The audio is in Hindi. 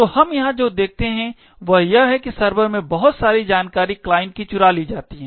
तो हम यहां जो देखते हैं वह यह है कि सर्वर में मौजूद बहुत सारी जानकारी क्लाइंट की चुरा ली जाती है